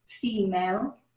female